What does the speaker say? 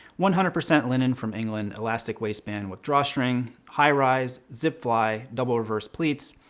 one hundred percent linen from england. elastic waistband with drawstring. high rise. zip fly. double reverse pleats.